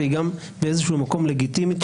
והיא באיזשהו מקום גם לגיטימית,